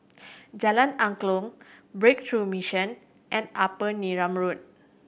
Jalan Angklong Breakthrough Mission and Upper Neram Road